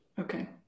Okay